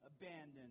abandoned